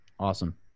Awesome